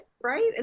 right